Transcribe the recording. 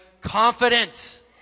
confidence